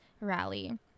rally